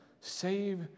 save